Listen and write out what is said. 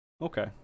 Okay